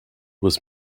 was